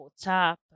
WhatsApp